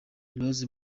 rose